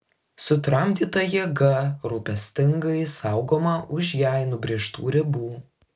sutramdyta jėga rūpestingai saugoma už jai nubrėžtų ribų